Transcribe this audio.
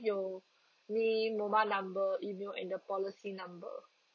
your name mobile number email and the policy number